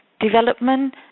development